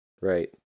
Right